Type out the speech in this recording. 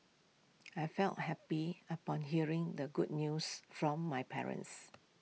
I felt happy upon hearing the good news from my parents